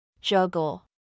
Juggle